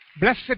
Blessed